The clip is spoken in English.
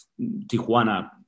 Tijuana